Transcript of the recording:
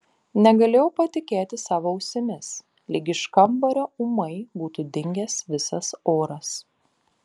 negalėjau patikėti savo ausimis lyg iš kambario ūmai būtų dingęs visas oras